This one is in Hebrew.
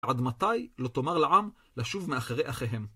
עד מתי לא תאמר לעם לשוב מאחרי אחיהם?